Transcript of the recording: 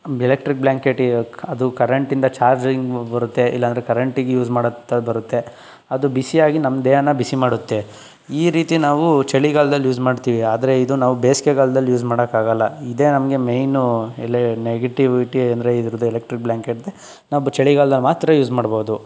electric blanket ಅದು ಕರೆಂಟಿಂದ charging ಬರುತ್ತೆ ಇಲ್ಲಾಂದ್ರೆ ಕರೆಂಟಿಗೆ ಯೂಸ್ ಮಾಡುತ್ತದೆ ಬರುತ್ತೆ ಅದು ಬಿಸಿಯಾಗಿ ನಮ್ಮ ದೇಹನ ಬಿಸಿ ಮಾಡುತ್ತೆ ಈ ರೀತಿ ನಾವು ಚಳಿಗಾಲದಲ್ಲಿ ಯೂಸ್ ಮಾಡ್ತೀವಿ ಆದರೆ ಇದು ನಾವು ಬೇಸಿಗೆಗಾಲದಲ್ಲಿ ಯೂಸ್ ಮಾಡೋಕ್ಕಾಗಲ್ಲ ಇದೆ ನಮಗೆ ಮೈನು ನೆಗೆಟಿವಿಟಿ ಅಂದರೆ ಇದ್ರದ್ದು ಎಲೆಕ್ಟ್ರಿಕ್ಟ್ ಬ್ಲಾಂಕೆಟ್ದೆ ನಾವು ಚಳಿಗಾಲದಲ್ಲಿ ಮಾತ್ರ ಯೂಸ್ ಮಾಡ್ಬೋದು